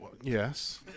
Yes